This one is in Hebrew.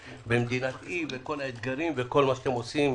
במדינת אי וכל האתגרים וכל מה שאתם עושים,